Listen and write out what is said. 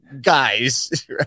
guys